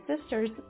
sisters